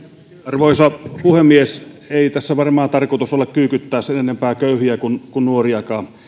arvoisa puhemies ei tässä varmaan tarkoitus ole kyykyttää sen enempää köyhiä kuin nuoriakaan